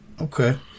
Okay